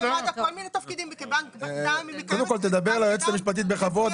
יש למד"א כל מיני תפקידים -- קודם כל תדבר ליועצת המשפטית בכבוד,